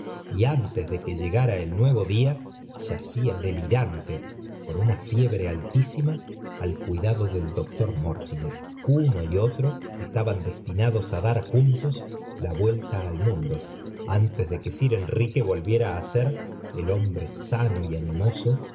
y antes de que llegara el nuevo día yacía delirante con una liebre altísima al cuidado del doctor mortimer uno y otro estaban destinados á dar juntos la vuelta al mundo antes de que sir enrique volviera á sm el hombre sano y animoso